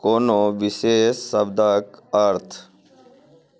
कोनो विशेष शब्दके अर्थ